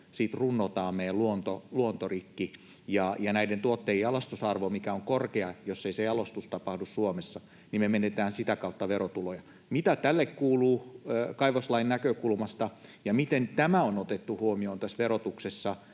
meidän luontomme rikki. Näiden tuotteiden jalostusarvo on korkea, mutta jos se jalostus ei tapahdu Suomessa, niin me menetämme sitä kautta verotuloja. Mitä tälle kuuluu kaivoslain näkökulmasta, ja miten tämä luontoaspekti on otettu huomioon tässä verotuksessa,